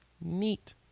neat